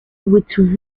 with